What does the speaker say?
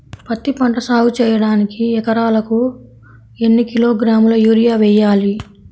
పత్తిపంట సాగు చేయడానికి ఎకరాలకు ఎన్ని కిలోగ్రాముల యూరియా వేయాలి?